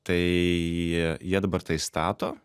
tai jie dabar tai stato